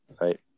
Right